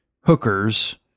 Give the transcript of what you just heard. hookers